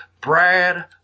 Brad